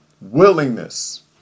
willingness